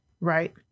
Right